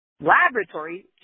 Laboratory